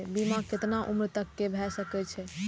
बीमा केतना उम्र तक के भे सके छै?